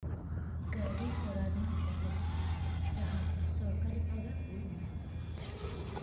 ᱜᱟᱹᱰᱤ ᱜᱷᱚᱲᱟ ᱨᱮᱱᱟᱜ ᱵᱮᱵᱚᱥᱛᱷᱟ ᱡᱟᱦᱟᱸ ᱥᱚᱨᱠᱟᱨᱤ ᱵᱷᱟᱵᱮ ᱦᱩᱭᱩᱜᱼᱢᱟ